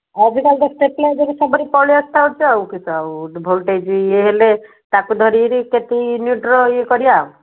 ଆଜିକାଲି ତ ଷ୍ଟେବ୍ଲାଇଜର୍ ସବୁରେ ପଳାଇ ଆସିଥାଉଚି ଆଉ କିସ ଆଉ ଭୋଲ୍ଟେଜ୍ ଇଏ ହେଲେ ତାକୁ ଧରିକରି କେତେ ୟୁନିଟ୍ର ଇଏ କରିବା ଆଉ